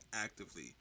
actively